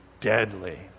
Deadly